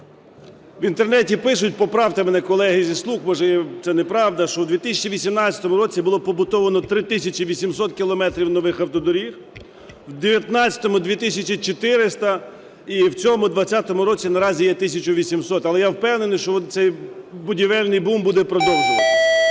В Інтернеті пишуть, поправте мене, колеги зі "слуг", може, це неправда, що у 2018 році було побудовано 3 тисячі 800 кілометрів нових автодоріг, у 19-му – 2 тисячі 400, і у цьому, у 20-му році, наразі є 1 тисяча 800. Але я впевнений, що цей будівельний бум буде продовжуватися.